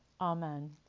Amen